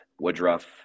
Woodruff